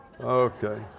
Okay